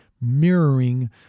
mirroring